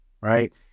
Right